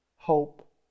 hope